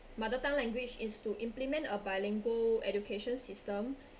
mother tongue language is to implement a bilingual education system